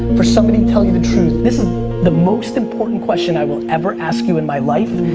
for somebody to tell you the truth. this is the most important question i will ever ask you in my life.